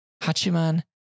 Hachiman